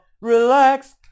Relax